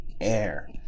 air